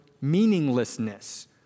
meaninglessness